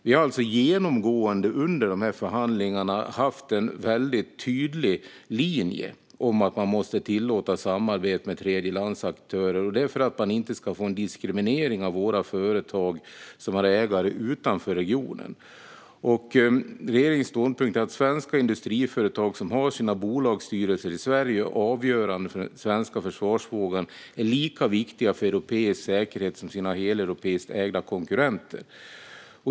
Vi har genomgående under förhandlingarna haft en väldigt tydlig linje om att man måste tillåta samarbete med tredjelandsaktörer. Det är för att man inte ska få en diskriminering av våra företag som har ägare utanför regionen. Regeringens ståndpunkt är att svenska industriföretag som har sina bolagsstyrelser i Sverige är avgörande för den svenska försvarsförmågan och är lika viktiga för europeisk säkerhet som sina heleuropeiskt ägda konkurrenter.